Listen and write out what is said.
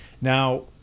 Now